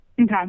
Okay